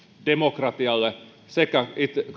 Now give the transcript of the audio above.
demokratialle sekä